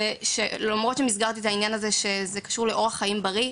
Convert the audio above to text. למרות שמסגרתי את הנושא הזה שהוא קשור לאורח חיים בריא.